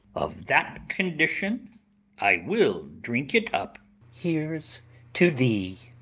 of that condition i will drink it up here's to thee.